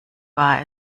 war